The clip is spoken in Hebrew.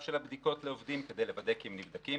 של הבדיקות לעובדים כדי לוודא כי הם נבדקים,